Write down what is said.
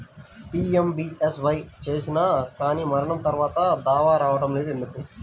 PMBSY చేసినా కానీ మరణం తర్వాత దావా రావటం లేదు ఎందుకు?